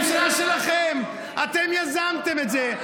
אתם יזמתם את זה.